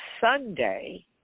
Sunday